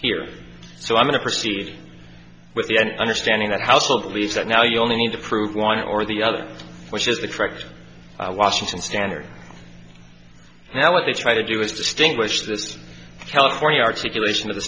here so i'm going to proceed with the end understanding that household leaves that now you only need to prove one or the other which is the correct washington standard now what they try to do is distinguish this california articulation